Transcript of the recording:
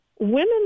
women